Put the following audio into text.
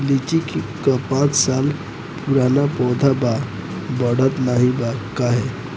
लीची क पांच साल पुराना पौधा बा बढ़त नाहीं बा काहे?